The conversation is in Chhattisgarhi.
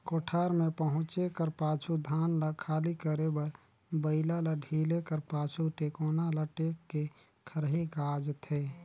कोठार मे पहुचे कर पाछू धान ल खाली करे बर बइला ल ढिले कर पाछु, टेकोना ल टेक के खरही गाजथे